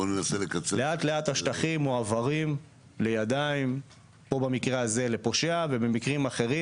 לאט-לאט השטחים מועברים פה לידיים - פה במקרה הזה לפושע ובמקרים אחרים,